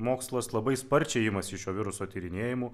mokslas labai sparčiai imasi šio viruso tyrinėjimų